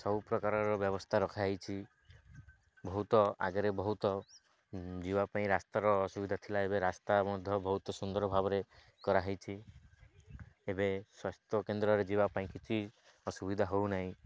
ସବୁ ପ୍ରକାରର ବ୍ୟବସ୍ଥା ରଖାହୋଇଛି ବହୁତ ଆଗରେ ବହୁତ ଯିବା ପାଇଁ ରାସ୍ତାର ଅସୁବିଧା ଥିଲା ଏବେ ରାସ୍ତା ମଧ୍ୟ ବହୁତ ସୁନ୍ଦର ଭାବରେ କରାହୋଇଛି ଏବେ ସ୍ୱାସ୍ଥ୍ୟ କେନ୍ଦ୍ରରେ ଯିବା ପାଇଁ କିଛି ଅସୁବିଧା ହଉନାଇଁ